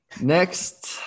next